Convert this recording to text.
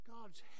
God's